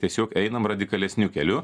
tiesiog einam radikalesniu keliu